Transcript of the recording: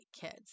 kids